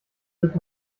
wird